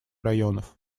районов